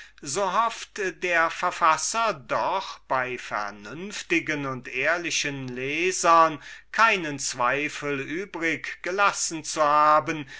so hoffen wir doch bei vernünftigen und ehrlichen lesern keinen zweifel übrig gelassen zu haben